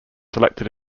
selected